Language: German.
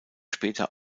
später